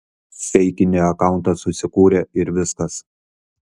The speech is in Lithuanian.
feikinį akauntą susikūrė ir viskas